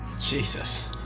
Jesus